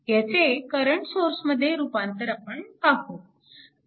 ह्याचे करंट सोर्समध्ये रूपांतर आपण पाहू